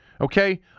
Okay